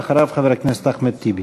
אדוני, ואחריו, חבר הכנסת אחמד טיבי.